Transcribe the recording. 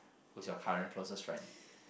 who is your current closest friend